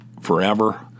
forever